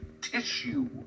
tissue